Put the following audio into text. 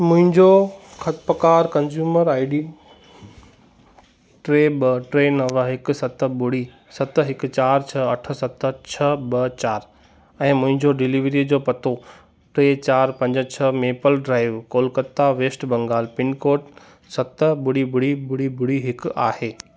मुंहिंजो खतपकार consumer I D टे ॿ टे नव हिकु सत ॿुड़ी सत हिकु चार छह अठ सत छह ॿ चार ऐं मुंहिंजो डिलीवरी जो पतो टे चार पंज छह Maple Drive Kolkata West Bengal pin code सत ॿुड़ी ॿुड़ी ॿुड़ी ॿुड़ी हिकु आहे